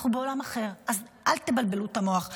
אנחנו בעולם אחר, אז אל תבלבלו את המוח.